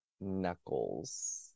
knuckles